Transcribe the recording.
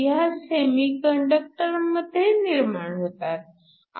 ह्या सेमीकंडक्टरमध्ये निर्माण होतात